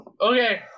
Okay